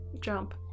Jump